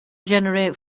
generate